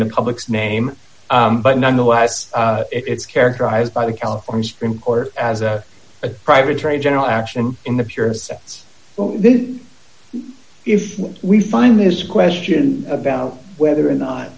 in the public's name but nonetheless it's characterized by the california supreme court as a private attorney general action in the purest sense only then if we find this question about whether or not